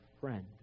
friend